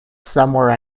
somewhere